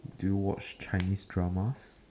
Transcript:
do you watch chinese dramas